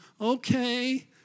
okay